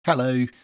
Hello